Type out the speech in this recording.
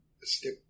step